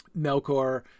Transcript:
Melkor